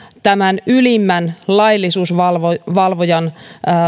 tämän ylimmän laillisuusvalvojan